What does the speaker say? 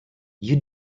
you